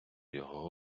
його